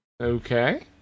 Okay